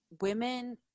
women